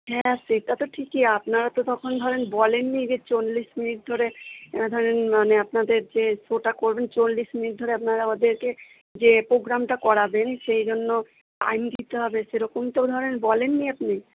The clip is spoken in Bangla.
হ্যাঁ সেটা তো ঠিকই আপনারা তো তখন ধরুন বলেননি যে চল্লিশ মিনিট ধরে ধরুন মানে আপনাদের যে শোটা করবেন চল্লিশ মিনিট ধরে আপনারা আমাদেরকে যে প্রোগ্রামটা করাবেন সেইজন্য টাইম দিতে হবে সেরকম তো ধরুন বলেননি আপনি